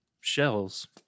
shells